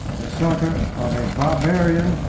the succor of a barbarian,